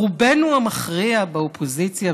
רובנו המכריע באופוזיציה,